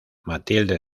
matilde